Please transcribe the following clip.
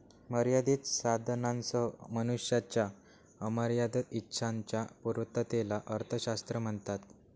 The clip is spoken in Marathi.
मर्यादित साधनांसह मनुष्याच्या अमर्याद इच्छांच्या पूर्ततेला अर्थशास्त्र म्हणतात